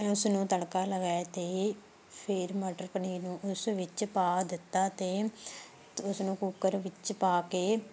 ਮੈਂ ਉਸਨੂੰ ਤੜਕਾ ਲਗਾਇਆ ਅਤੇ ਫਿਰ ਮਟਰ ਪਨੀਰ ਨੂੰ ਉਸ ਵਿੱਚ ਪਾ ਦਿੱਤਾ ਅਤੇ ਉਸਨੂੰ ਕੁੱਕਰ ਵਿੱਚ ਪਾ ਕੇ